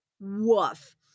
Woof